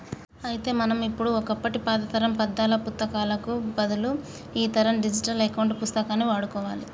అయితే మనం ఇప్పుడు ఒకప్పటి పాతతరం పద్దాల పుత్తకాలకు బదులు ఈతరం డిజిటల్ అకౌంట్ పుస్తకాన్ని వాడుకోవాలి